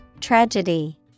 Tragedy